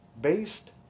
based